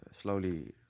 slowly